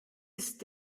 ist